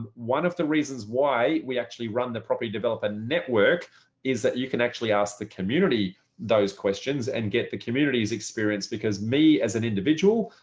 one of the reasons why we actually run the property development network is that you can actually ask the community those questions and get the community's experience because me as an individual,